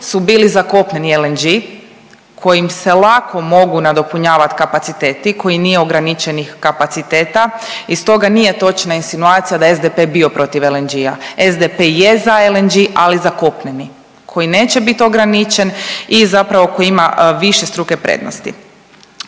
su bili za kopneni LNG kojim se lako mogu nadopunjavat kapaciteti koji nije ograničenih kapaciteta i stoga nije točna insinuacija da je SDP bio protiv LNG-a, SDP je za LNG, ali za kopneni koji neće bit ograničen i zapravo koji ima višestruke prednosti.